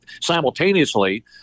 simultaneously